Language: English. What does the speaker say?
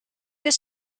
this